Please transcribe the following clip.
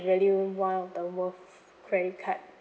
really one of the worth credit card